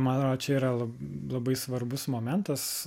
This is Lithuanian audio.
man atrodo čia yra labai svarbus momentas